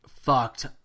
fucked